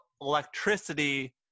electricity